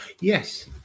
Yes